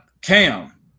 Cam